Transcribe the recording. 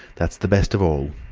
that's the best of all.